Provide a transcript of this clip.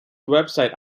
website